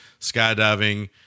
skydiving